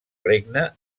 regne